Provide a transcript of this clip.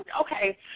okay